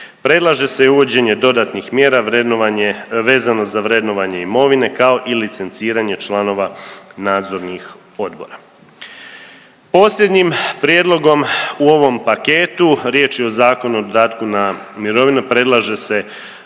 Predlaže se i uvođenje dodatnih mjera vrednovanje, vezano za vrednovanje imovine kao i licenciranje članova nadzornih odbora. Posljednjim prijedlogom u ovom paketu, riječ je o Zakonu o dodatku na mirovinu predlaže se